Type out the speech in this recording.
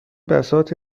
بساط